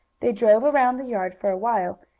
they drove around the yard for a while,